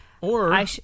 Or-